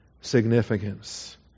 significance